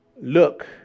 look